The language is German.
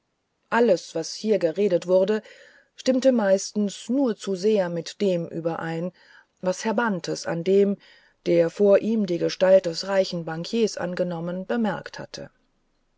alles was hier geredet wurde stimmte meistens nur zu sehr mit dem überein was herr bantes an dem der vor ihm die gestalt des reichen bankiers angenommen bemerkt hatte